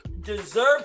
deserve